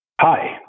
Hi